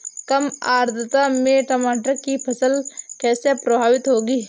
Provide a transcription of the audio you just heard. कम आर्द्रता में टमाटर की फसल कैसे प्रभावित होगी?